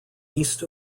east